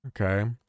Okay